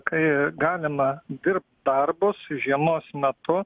kai galima dirbt darbus žiemos metu